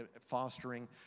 fostering